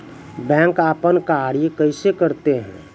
Bank अपन कार्य कैसे करते है?